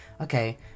okay